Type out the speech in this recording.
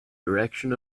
direction